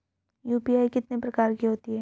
UPI कितने प्रकार की होती हैं?